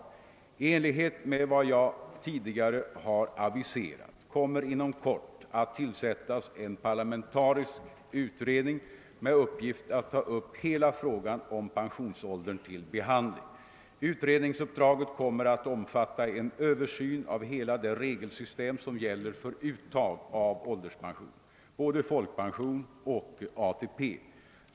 I enlighet med vad jag tidigare har aviserat kommer inom kort att tillsättas en parlamentarisk utredning med uppgift att ta upp hela frågan om pensionsåldern till behandling. Utredningsuppdraget kommer att omfatta en översyn av hela det regelsystem som gäller för uttag av ålderspension, både folkpension och ATP.